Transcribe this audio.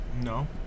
No